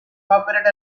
operate